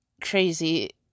crazy